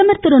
பிரதமர் திரு